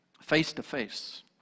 face-to-face